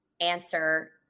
answer